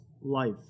life